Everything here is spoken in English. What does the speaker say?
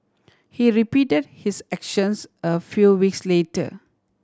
he repeated his actions a few weeks later